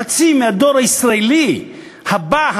חצי מהדור הישראלי הבא,